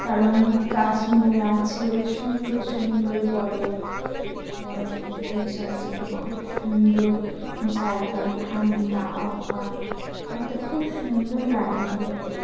কারণ কাশ্মীরে আছে সুন্দর সুন্দর বরফ বরফের দেশ আছে খুব সুন্দর জায়গা ঠান্ডা আবহাওয়া ওখানে তো খুব সুন্দর লাগে ঘুরতে